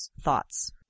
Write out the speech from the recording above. thoughts